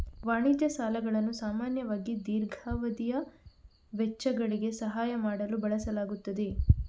ವಾಣಿಜ್ಯ ಸಾಲಗಳನ್ನು ಸಾಮಾನ್ಯವಾಗಿ ದೀರ್ಘಾವಧಿಯ ವೆಚ್ಚಗಳಿಗೆ ಸಹಾಯ ಮಾಡಲು ಬಳಸಲಾಗುತ್ತದೆ